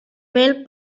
mel